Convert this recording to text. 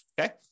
okay